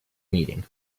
meeting